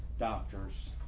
doctors